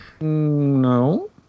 No